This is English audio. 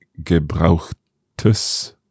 gebrauchtes